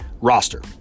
roster